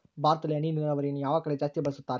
ಭಾರತದಲ್ಲಿ ಹನಿ ನೇರಾವರಿಯನ್ನು ಯಾವ ಕಡೆ ಜಾಸ್ತಿ ಬಳಸುತ್ತಾರೆ?